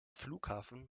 flughafen